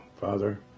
father